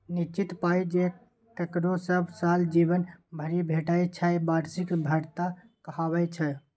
निश्चित पाइ जे ककरो सब साल जीबन भरि भेटय छै बार्षिक भत्ता कहाबै छै